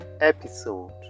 episode